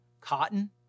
Cotton